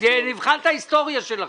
נבחן את ההיסטוריה שלכם.